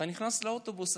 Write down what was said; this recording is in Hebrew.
אתה נכנס לאוטובוס,